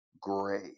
Gray